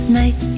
night